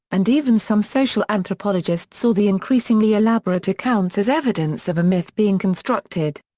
and even some social anthropologists saw the increasingly elaborate accounts as evidence of a myth being constructed.